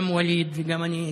גם ואליד וגם אני,